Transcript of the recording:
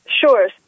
Sure